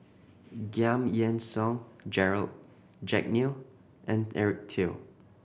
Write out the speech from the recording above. Giam Yean Song Gerald Jack Neo and Eric Teo